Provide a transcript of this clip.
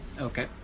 Okay